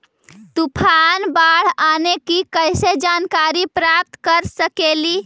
तूफान, बाढ़ आने की कैसे जानकारी प्राप्त कर सकेली?